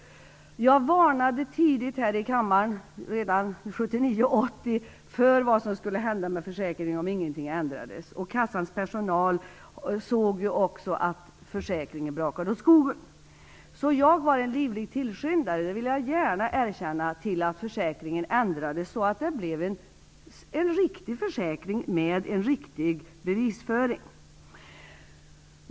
Jag varnade tidigt här i kammaren, redan 1979/80, för vad som skulle hända med försäkringen om ingenting ändrades, och kassans personal såg också att försäkringen brakade åt skogen. Jag var en livlig tillskyndare - det vill jag gärna erkänna - till att försäkringen ändrades, så att den blev en riktig försäkring med en riktig bevisföring.